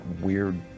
weird